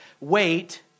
wait